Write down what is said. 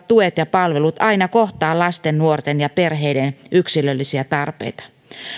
tuet ja palvelut aina kohtaa lasten nuorten ja perheiden yksilöllisiä tarpeita